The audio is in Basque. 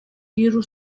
diru